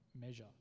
measure